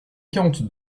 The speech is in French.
quarante